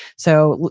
so,